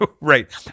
right